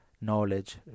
knowledge